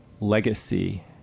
legacy